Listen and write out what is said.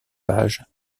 page